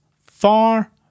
far